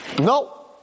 No